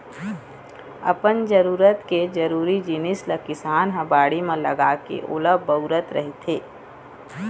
अपन जरूरत के जरुरी जिनिस ल किसान ह बाड़ी म लगाके ओला बउरत रहिथे